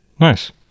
Nice